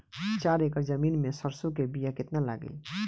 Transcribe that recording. चार एकड़ जमीन में सरसों के बीया कितना लागी?